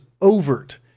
overt